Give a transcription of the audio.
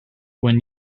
when